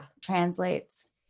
translates